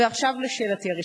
ועכשיו לשאלתי הרשמית.